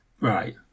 right